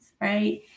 right